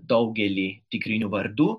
daugelį tikrinių vardų